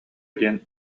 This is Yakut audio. диэн